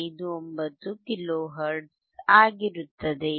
59 kilohertz ಆಗಿರುತ್ತದೆ